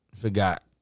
Forgot